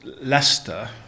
Leicester